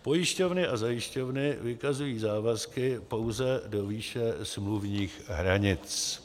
Pojišťovny a zajišťovny vykazují závazky pouze do výše smluvních hranic.